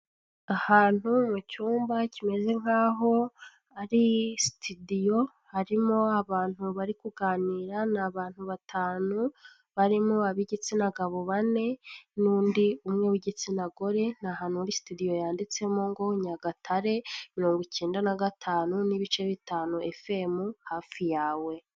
Ahantu mu cyumba kimeze nkaho ari sitidiyo harimo abantu bari kuganira n abantu batanu barimo ab'igitsina gabo bane n'undi umwe w'igitsina gore, ni ahantu muri studio yanditsemo ngo Nyagatare, mirongo icyenda na gatanu n'ibice bitanu FM hafi yawe.